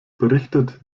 berichtet